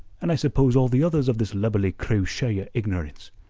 and i suppose all the others of this lubberly crew share your ignorance.